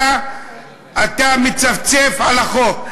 אתה מצפצף על החוק.